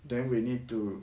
then we need to